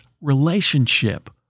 relationship